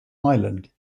island